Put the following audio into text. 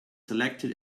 selected